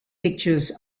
pictures